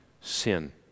sin